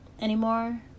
anymore